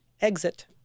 Exit